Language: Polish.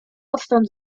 odtąd